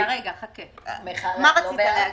רגע, חכה, מה רצית להגיד?